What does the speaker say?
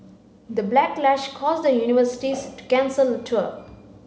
the backlash caused the universities to cancel the tour